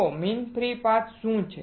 જુઓ mean free path શું છે